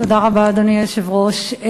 אדוני היושב-ראש,